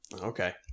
Okay